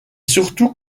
surtout